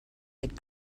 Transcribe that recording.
had